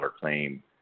claim